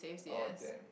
all them